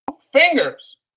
fingers